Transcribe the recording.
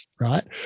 right